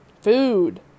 food